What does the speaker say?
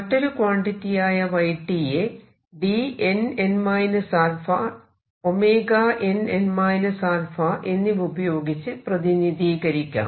മറ്റൊരു ക്വാണ്ടിറ്റിയായ y യെ Dnn α nn α എന്നിവ ഉപയോഗിച്ച് പ്രതിനിധീകരിക്കാം